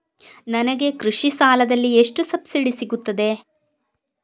ನನಗೆ ಕೃಷಿ ಸಾಲದಲ್ಲಿ ಎಷ್ಟು ಸಬ್ಸಿಡಿ ಸೀಗುತ್ತದೆ?